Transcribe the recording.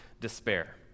despair